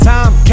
Time